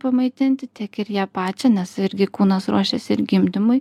pamaitinti tiek ir ją pačią nes irgi kūnas ruošiasi ir gimdymui